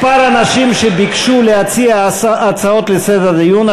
שביקשו להציע הצעות לסדר הדיון.